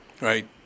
right